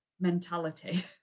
mentality